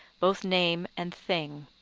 both name and thing.